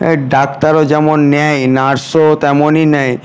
এই ডাক্তারও যেমন নেয় নার্সও তেমনই নেয়